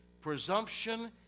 presumption